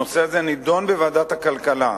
הנושא הזה נדון בוועדת הכלכלה,